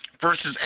versus